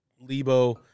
Lebo